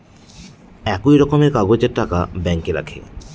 একই রকমের কাগজের টাকা ব্যাঙ্কে রাখে